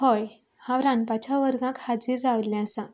हय हांव रांदपाच्या वर्गाक हाजीर राविल्लें आसा